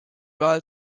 wahl